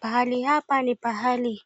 Pahali hapa ni pahali